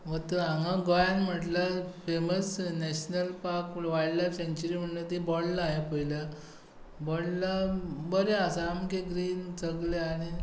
हांगा गोंयांत म्हणल्यार फॅमस नेशनल पार्क आनी वायलडलायफ सँक्च्युरी म्हणल्यार ती बोंडला हांवें पळयल्या बोंडला बरें आसा